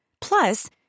Plus